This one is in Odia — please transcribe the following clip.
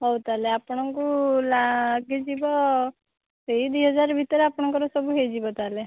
ହଉ ତାହେଲେ ଆପଣଙ୍କୁ ଲାଗିଯିବ ସେଇ ଦୁଇହଜାର ଭିତରେ ଆପଣଙ୍କର ସବୁ ହେଇଯିବ ତାହେଲେ